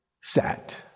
sat